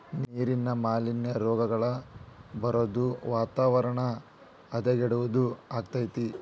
ನೇರಿನ ಮಾಲಿನ್ಯಾ, ರೋಗಗಳ ಬರುದು ವಾತಾವರಣ ಹದಗೆಡುದು ಅಕ್ಕತಿ